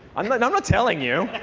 and and i'm not telling you.